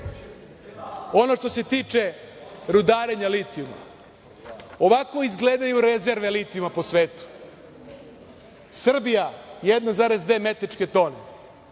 što se tiče rudarenja litijuma, ovako izgledaju rezerve litijuma po svetu. Srbija 1,2 metričke tone,